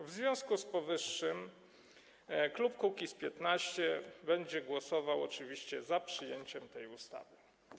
W związku z powyższym klub Kukiz’15 będzie głosował oczywiście za przyjęciem tej ustawy.